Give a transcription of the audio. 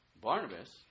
Barnabas